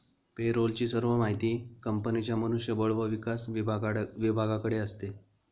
पे role ची सर्व माहिती कंपनीच्या मनुष्य बळ व विकास विभागाकडे असते